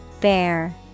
Bear